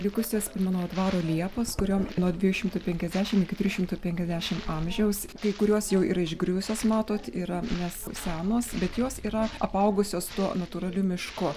likusias pimanovo dvaro liepas kuriom nuo dviejų šimtų penkiasdešim iki trijų šimtų penkiasdešim amžiaus kai kurios jau yra išgriuvusios matot yra nes senos bet jos yra apaugusios tuo natūraliu mišku